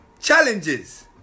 challenges